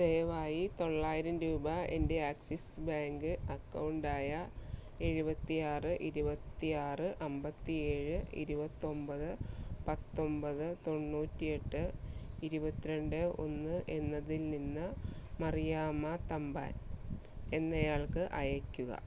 ദയവായി തൊള്ളായിരം രൂപ എൻ്റെ ആക്സിസ് ബാങ്ക് അക്കൗണ്ട് ആയ എഴുപത്തിയാറ് ഇരുപത്തിയാറ് അമ്പത്തി ഏഴ് ഇരുപത്തൊമ്പത് പത്തൊമ്പത് തൊണ്ണൂറ്റിയെട്ട് ഇരുപത്തിരണ്ട് ഒന്ന് എന്നതിൽനിന്ന് മറിയാമ്മ തമ്പാൻ എന്നയാൾക്ക് അയക്കുക